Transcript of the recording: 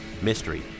Mystery